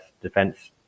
defense